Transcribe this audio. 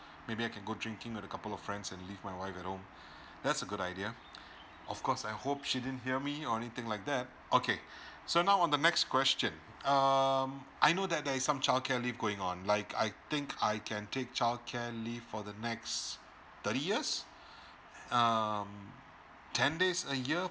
maybe I can go drinking with a couple of friends and leave my wife at home that's a good idea of course I hope she didn't hear me or anything like that okay so now on the next question um I know that there is some childcare leave going on like I think I can take childcare leave for the next thirty years um ten days a year